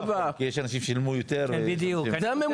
כי יש אנשים ששילמו יותר --- זה הממוצע.